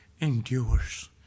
endures